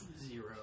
Zero